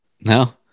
no